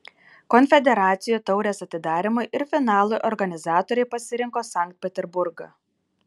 konfederacijų taurės atidarymui ir finalui organizatoriai pasirinko sankt peterburgą